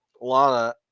Lana